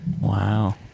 Wow